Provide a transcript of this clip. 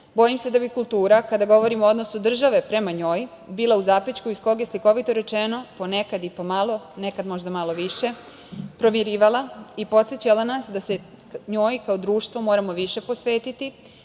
bojim se da bi kultura kada govorimo o odnosu države prema njoj bila u zapećku iz kog je, slikovito rečeno, ponekad i pomalo, nekad možda malo više provirivala i podsećala nas da se njoj kao društvo moramo više posvetiti